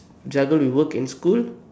juggle with work and school